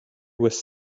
was